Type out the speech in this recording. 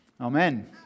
Amen